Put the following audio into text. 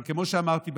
אבל כמו שאמרתי בוועדה,